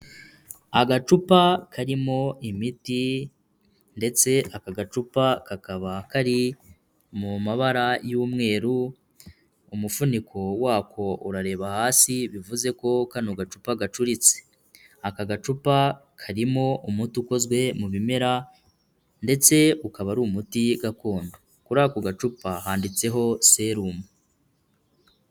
Agacupa karimo imiti ndetse aka gacupa kakaba kari mu mabara y'umweru, umufuniko wako urareba hasi bivuze ko kano gacupa gacuritse. Aka gacupa karimo umuti ukozwe mu bimera ndetse ukaba ari umuti gakondo. Kuri ako gacupa handitseho serumu.